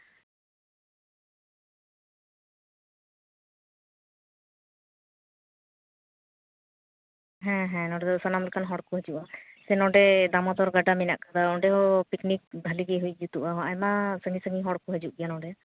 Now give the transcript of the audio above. ᱦᱮᱸ ᱦᱮᱸ ᱱᱚᱸᱰᱮ ᱫᱚ ᱥᱟᱱᱟᱢ ᱞᱮᱠᱟᱱ ᱦᱚᱲ ᱠᱚ ᱦᱤᱡᱩᱜᱼᱟ ᱱᱚᱸᱰᱮ ᱫᱟᱢᱳᱫᱚᱨ ᱜᱟᱰᱟ ᱢᱮᱱᱟᱜ ᱠᱟᱫᱟ ᱚᱸᱰᱮ ᱦᱚᱸ ᱯᱤᱠᱱᱤᱠ ᱵᱷᱟᱞᱤ ᱜᱮ ᱦᱩᱭ ᱡᱩᱛᱩᱜᱼᱟ ᱟᱭᱢᱟ ᱥᱟᱺᱜᱤᱧᱼᱥᱟᱺᱜᱤᱧ ᱦᱚᱲ ᱠᱚ ᱦᱤᱡᱩᱜ ᱜᱮᱭᱟ ᱱᱚᱸᱰᱮ